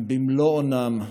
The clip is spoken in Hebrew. הם במלוא אונם.